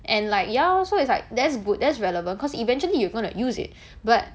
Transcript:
and like ya lor so it's like that's good that's relevant cause eventually you gonna use it but